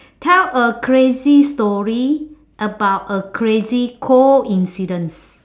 tell a crazy story about a crazy coincidence